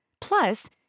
Plus